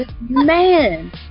man